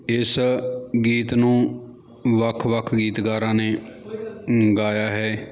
ਇਸ ਗੀਤ ਨੂੰ ਵੱਖ ਵੱਖ ਗੀਤਕਾਰਾਂ ਨੇ ਗਾਇਆ ਹੈ